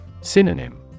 Synonym